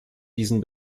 diesen